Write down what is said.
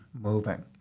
moving